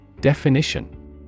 Definition